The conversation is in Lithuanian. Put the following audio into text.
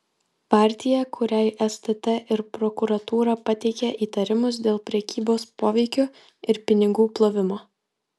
partija kuriai stt ir prokuratūra pateikė įtarimus dėl prekybos poveikiu ir pinigų plovimo